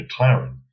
McLaren